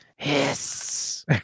Yes